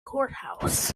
courthouse